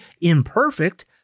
imperfect